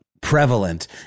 prevalent